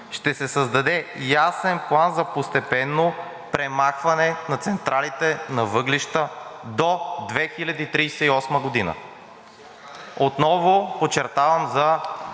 ще се създаде ясен план за постепенно премахване на централите на въглища до 2038 г. Отново подчертавам за